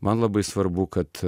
man labai svarbu kad